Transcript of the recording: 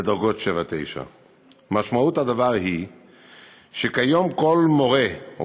לדרגות 7 9. משמעות הדבר היא שכיום כל מורֶה או